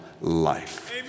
life